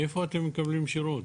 מאיפה אתם מקבלים שירות?